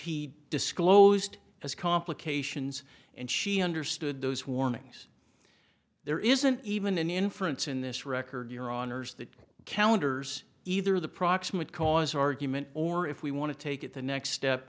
he disclosed as complications and she understood those warnings there isn't even an inference in this record your honour's that counters either the proximate cause argument or if we want to take it the next step